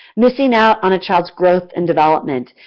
missing out on a child's growth and development,